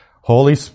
Holy